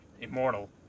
immortal